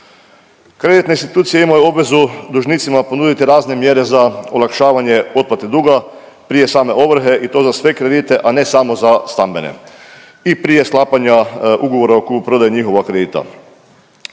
Kreditne institucije imaju obvezu dužnicima ponuditi razne mjere za olakšavanje otplate duga prije same ovrhe i to za sve kredite, a ne samo za stambene i prije sklapanja ugovora o kupoprodaji njihova kredita.